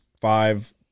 five